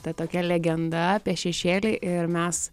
ta tokia legenda apie šešėlį ir mes